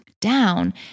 down